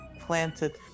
planted